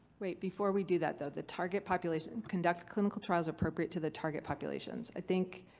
wait, before we do that though, the target population, conduct clinical trials appropriate to the target populations. i think,